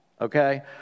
okay